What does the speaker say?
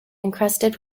encrusted